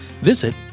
visit